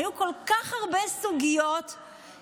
היו כל כך הרבה סוגיות, מעניין למה.